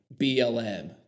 BLM